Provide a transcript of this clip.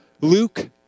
Luke